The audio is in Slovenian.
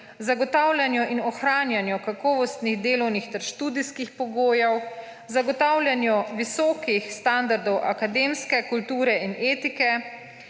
zagotavljanju in ohranjanju kakovostnih delovnih ter študijskih pogojev, zagotavljanju visokih standardov akademske kulture in etike,